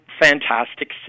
fantastic